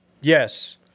Yes